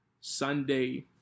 Sunday